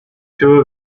two